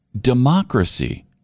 democracy